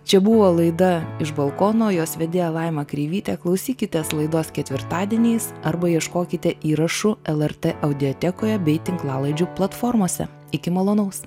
čia buvo laida iš balkono jos vedėja laima kreivytė klausykitės laidos ketvirtadieniais arba ieškokite įrašų lrt audiotekoje bei tinklalaidžių platformose iki malonaus